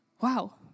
Wow